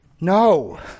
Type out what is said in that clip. No